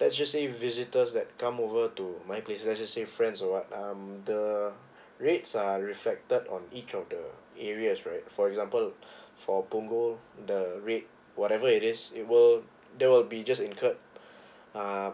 let's just say if visitors that come over to my place let's just say friends or what um the rates are reflected on each of the areas right for example for punggol the rate whatever it is it will there will be just incurred err